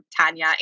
Tanya